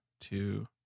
two